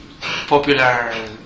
popular